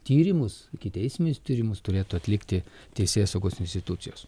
tyrimus ikiteisminius tyrimus turėtų atlikti teisėsaugos institucijos